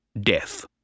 Death